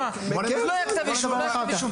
לא היה כתב אישום.